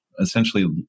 essentially